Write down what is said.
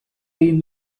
egiten